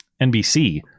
NBC